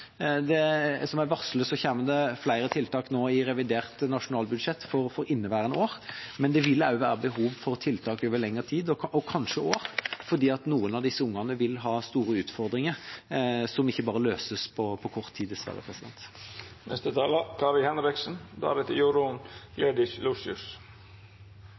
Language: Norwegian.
Som jeg varslet, kommer det flere tiltak nå i revidert nasjonalbudsjett for inneværende år, men det vil også være behov for tiltak over lengre tid, kanskje år, for noen av disse ungene vil ha store utfordringer som ikke bare løses på kort tid, dessverre.